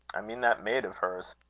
i mean that maid of hers.